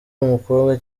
umukobwa